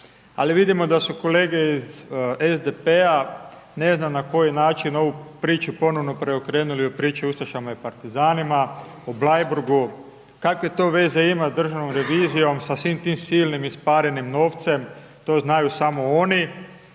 ali vidimo da su kolege iz SDP-a, ne znam na koji način ovu priču, ponovno preokrenuli u priču o ustašama i partizanima, o Bleiburgu, kakve to veze ima sa Državnom revizijom, sa svim tim silnim i isparenim novcem, to znaju samo oni.